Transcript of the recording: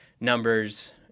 numbers